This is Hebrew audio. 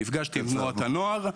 נפגשתי עם תנועת הנוער.